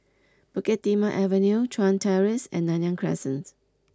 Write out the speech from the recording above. Bukit Timah Avenue Chuan Terrace and Nanyang Crescent